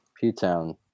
P-Town